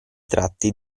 tratti